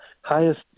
highest